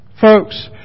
Folks